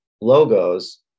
logos